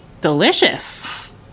delicious